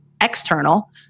external